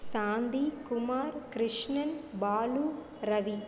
Shanti Kumar Krishnan Balu Ravi